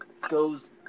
goes